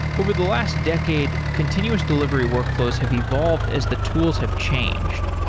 over the last decade, continuous delivery workflows have evolved as the tools have changed.